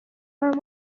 are